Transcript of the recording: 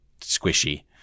squishy